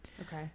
Okay